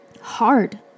hard